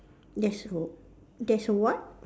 there's there's a what